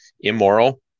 immoral